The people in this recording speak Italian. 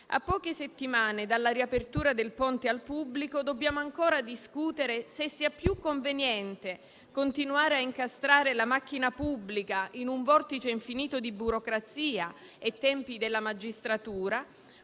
A poche settimane dalla riapertura del ponte al pubblico, dobbiamo ancora discutere se sia più conveniente continuare a incastrare la macchina pubblica in un vortice infinito di burocrazia e tempi della magistratura